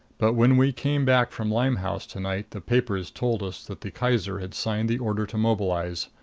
but when we came back from limehouse to-night the papers told us that the kaiser had signed the order to mobilize.